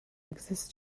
exists